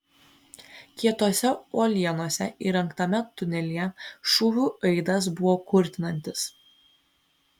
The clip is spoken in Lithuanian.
kietose uolienose įrengtame tunelyje šūvių aidas buvo kurtinantis